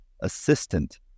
assistant